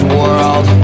world